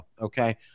okay